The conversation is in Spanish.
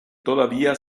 todavía